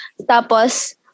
Tapos